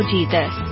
Jesus